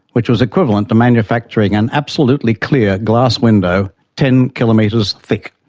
which was equivalent to manufacturing an absolutely clear glass window ten kilometres thick.